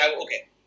okay